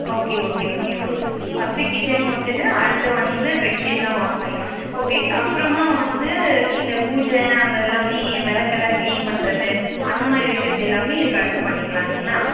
okay okay okay மா first kitchen முடிச்சிவிட்டு அடுத்து வந்து பெட்ஷீட் எல்லாம் வாஷ் பண்ணிக்கலாம் ஓகே அப்பறமாக வந்து இந்த பூஜை அந்த எல்லாமே விளக்கெல்லாம் க்ளீன் பண்ணுறது அந்த மாதிரி விஷயத்தை எல்லாமே இதுக்கு அடுத்து பண்ணிக்கலாம் இல்லைங்களா